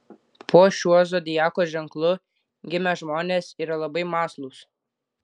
po šiuo zodiako ženklu gimę žmonės yra labai mąslūs